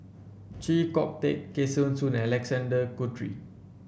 Chee Kong Tet Kesavan Soon and Alexander Guthrie